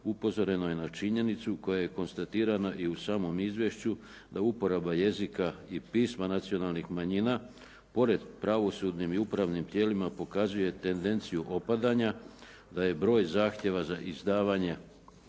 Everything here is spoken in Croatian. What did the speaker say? upozoreno je na činjenicu koja je i konstatirana i u samom izvješću da uporaba jezika i pisma nacionalnih manjina, pored pravosudnim i upravnim tijelima pokazuje tendenciju opadanja, da je broj zahtjeva za izdavanje